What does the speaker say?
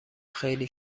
خیلی